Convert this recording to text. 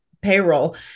payroll